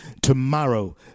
tomorrow